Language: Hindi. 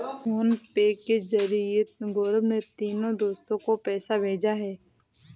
फोनपे के जरिए गौरव ने तीनों दोस्तो को पैसा भेजा है